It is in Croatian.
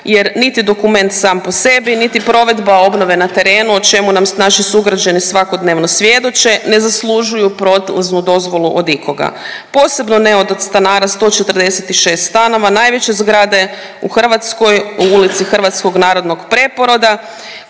jer niti dokument sam po sebi niti provedba obnove na terenu o čemu nam naši sugrađani svakodnevno svjedoče, ne zaslužuju prolaznu dozvolu od ikoga, posebno ne od stanara 146 stanova najveće zgrade u Hrvatskoj u Ulici hrvatskog narodnog preporoda,